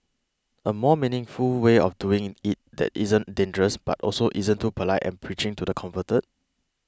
a more meaningful way of doing it that isn't dangerous but also isn't too polite and preaching to the converted